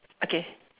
okay